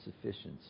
sufficiency